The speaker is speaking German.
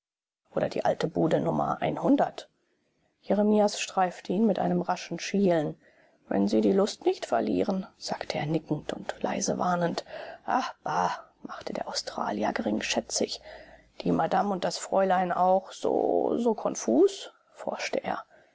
oder die alte bude nummer einhundert jeremias streifte ihn mit einem raschen schielen wenn sie die lust nicht verlieren sagte er nickend und leise warnend ah bah machte der australier geringschätzig die madame und das fräulein auch so so konfus forschte er